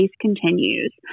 continues